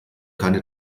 keine